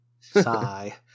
Sigh